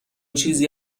چیزی